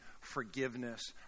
forgiveness